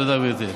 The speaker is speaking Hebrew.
תודה, גברתי.